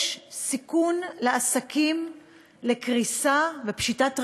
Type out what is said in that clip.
בבאר-שבע, ל-13% מהעסקים יש סיכון של קריסה ופשיטת רגל,